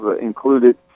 included